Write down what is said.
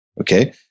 okay